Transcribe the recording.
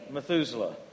Methuselah